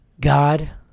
God